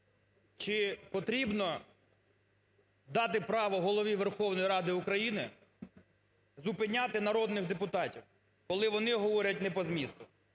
Чи потрібно дати право Голові Верховної Ради України зупиняти народних депутатів, коли вони говорять не по змісту?